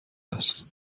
است